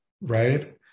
right